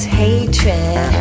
hatred